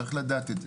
חשוב לדעת את זה.